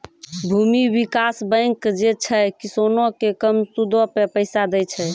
भूमि विकास बैंक जे छै, किसानो के कम सूदो पे पैसा दै छे